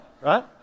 right